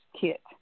kit